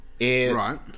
Right